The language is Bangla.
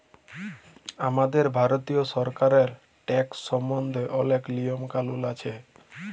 আমাদের ভারতীয় সরকারেল্লে ট্যাকস সম্বল্ধে অলেক লিয়ম কালুল আছে